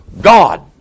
God